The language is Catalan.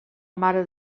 mare